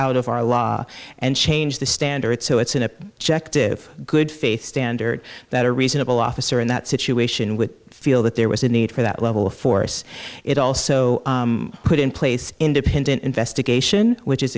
out of our law and change the standard so it's in a check to good faith standard that a reasonable officer in that situation would feel that there was a need for that level of force it also put in place independent investigation which is